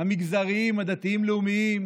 המגזריים הדתיים-לאומיים,